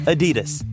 Adidas